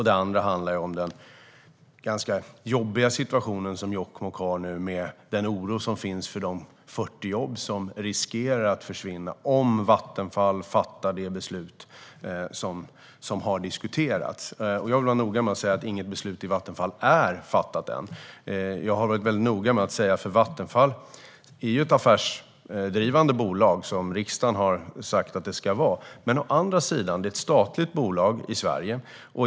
Det andra handlar om den ganska jobbiga situationen som Jokkmokk nu har med den oro som finns för de 40 jobb som riskerar att försvinna om Vattenfall fattar det beslut som har diskuterats. Jag vill vara noga med att säga att inget beslut i Vattenfall är fattat än. Jag har varit väldigt noga med att säga att Vattenfall är ett affärsdrivande bolag, som riksdagen har sagt att det ska vara. Men det är också ett statligt bolag i Sverige.